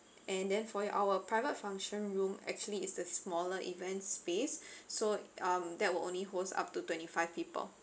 and then for your our private function room actually is the smaller events space so um that will only holds up to twenty five people